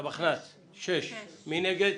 המחנה הציוני לסעיף 12א לא נתקבלה.